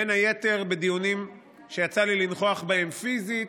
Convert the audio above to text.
בין היתר בדיונים שיצא לי לנכוח בהם פיזית,